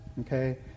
okay